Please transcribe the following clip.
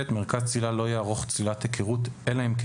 (ב)מרכז צלילה לא יערוך צלילת היכרות אלא אם כן